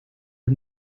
the